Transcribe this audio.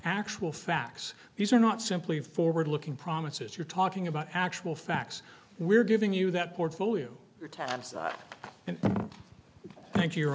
actual facts these are not simply forward looking promises you're talking about actual facts we're giving you that portfolio your tabs and thank you you